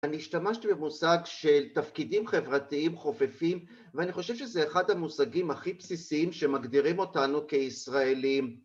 אני השתמשתי במושג של תפקידים חברתיים חופפים, ואני חושב שזה אחד המושגים הכי בסיסיים שמגדירים אותנו כישראלים.